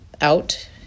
out